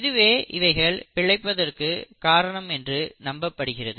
இதுவே இவைகள் பிழைத்திற்பதற்கு காரணம் என்று நம்பப்படுகிறது